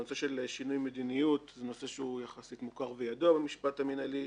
הנושא של שינוי מדיניות זה נושא שהוא יחסית מוכר וידוע במשפט המנהלי,